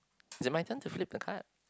is it my turn to flip the card